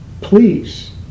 Please